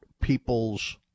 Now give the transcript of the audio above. people's